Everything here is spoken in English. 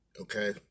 okay